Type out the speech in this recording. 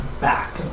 back